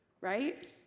right